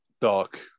dark